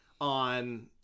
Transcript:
on